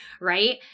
Right